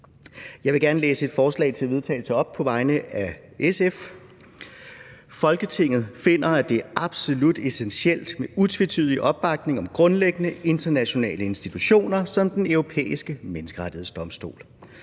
Jeg vil gerne læse et forslag til vedtagelse op på vegne af SF: Forslag til vedtagelse »Folketinget finder, at det er absolut essentielt med utvetydig opbakning til grundlæggende, internationale institutioner som Den Europæiske Menneskerettighedsdomstol.